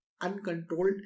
uncontrolled